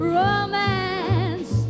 romance